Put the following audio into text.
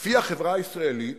כמו החברה הישראלית